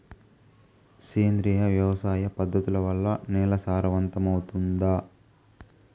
సేంద్రియ వ్యవసాయ పద్ధతుల వల్ల, నేల సారవంతమౌతుందా?